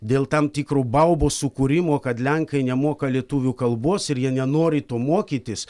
dėl tam tikrų baubų sukūrimo kad lenkai nemoka lietuvių kalbos ir jie nenori to mokytis